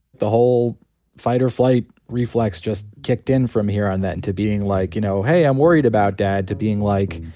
the whole fight or flight reflex just kicked in from here on in, to being, like, you know, hey, i'm worried about dad, to being, like,